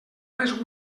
més